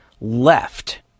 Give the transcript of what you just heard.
left